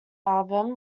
album